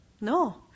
No